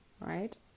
right